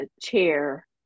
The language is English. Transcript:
chair